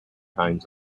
kinds